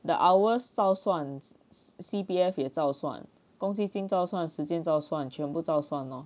the hours 照算 C_P_F 也照算公积金照算时间照算全部照算 lor